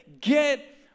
Get